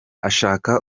ashaka